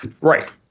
Right